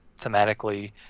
thematically